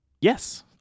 Yes